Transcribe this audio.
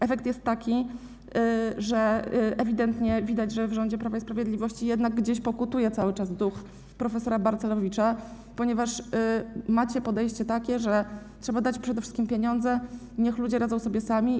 Efekt jest taki, że ewidentnie widać, że w rządzie Prawa i Sprawiedliwości jednak gdzieś pokutuje cały czas duch prof. Balcerowicza, ponieważ macie podejście opierające się na tym, że trzeba dać przede wszystkim pieniądze i niech ludzie radzą sobie sami.